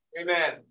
Amen